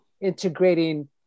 integrating